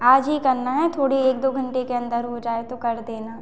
आज ही करना है थोड़ी एक दो घंटे के अन्दर हो जाए तो कर देना